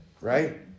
Right